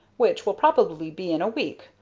which will probably be in a week,